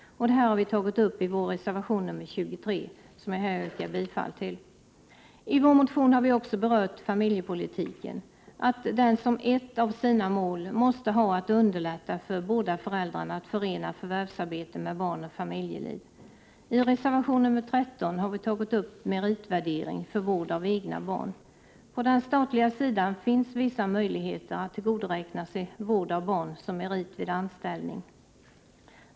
Detta har vi tagit upp i reservation nr 23, som jag här yrkar bifall till. I vår motion har vi också berört familjepolitiken och sagt att ett av dess mål måste vara att underlätta för båda föräldrarna att förena förvärvsarbete med barn och familj. I reservation nr 13 tar vi upp frågan om meritvärdering för vård av egna barn. På den statliga sidan finns vissa möjligheter att tillgodoräkna sig vård av barn som merit vid anställning.